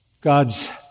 God's